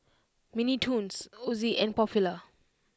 Mini Toons Ozi and Popular